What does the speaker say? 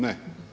Ne.